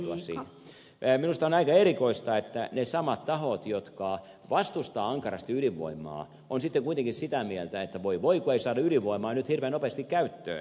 minusta on aika erikoista että ne samat tahot jotka vastustavat ankarasti ydinvoimaa ovat sitten kuitenkin sitä mieltä että voi voi kun ei saada ydinvoimaa nyt hirveän nopeasti käyttöön